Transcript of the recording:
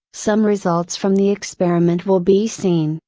some results from the experiment will be seen,